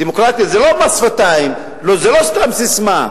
דמוקרטיה זה לא מס שפתיים, זה לא סתם ססמה.